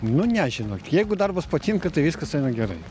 nu ne žinot jeigu darbas patinka tai viskas eina gerai